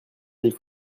les